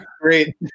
great